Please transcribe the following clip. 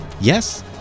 yes